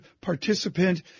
participant